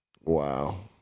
Wow